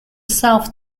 south